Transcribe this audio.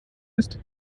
ist